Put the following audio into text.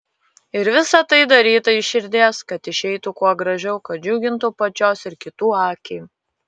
ir visa tai daryta iš širdies kad išeitų kuo gražiau kad džiugintų pačios ir kitų akį